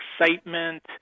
excitement